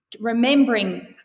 remembering